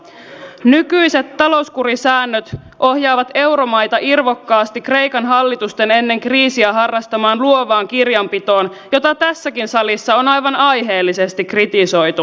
nykyiset talouskurisäännöt ohjaavat euromaita irvokkaasti kreikan hallitusten ennen kriisiä harrastamaan luovaan kirjanpitoon jota tässäkin salissa on aivan aiheellisesti kritisoitu